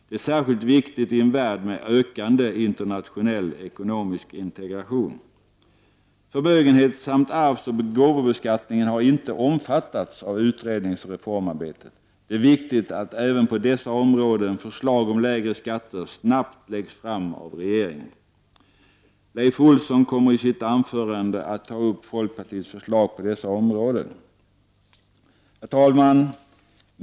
Det är särskilt viktigt i en värld med ökande internationell ekonomisk integration. Förmögenhetssamt arvsoch gåvobeskattningen har inte omfattats av ut redningsoch reformarbetet. Det är viktigt att även på dessa områden förslag om lägre skatter snabbt läggs fram av regeringen. Leif Olsson kommer i sitt anförande att ta upp folkpartiets förslag på dessa områden. Herr talman!